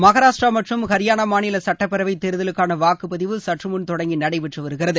மகாராஷ்டிரா மற்றும் ஹரியானா மாநில சுட்டப்பேரவை தேர்தலுக்கான வாக்குப் பதிவு சற்று முன் தொடங்கி நடைபெற்று வருகிறது